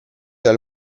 dal